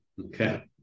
Okay